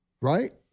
Right